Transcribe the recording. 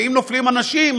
ואם נופלים אנשים,